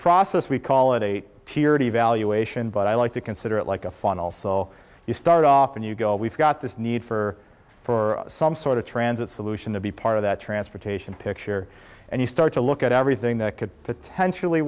process we call it a tiered evaluation but i like to consider it like a funnel so you start off and you go we've got this need for for some sort of transit solution to be part of that transportation picture and you start to look at everything that could potentially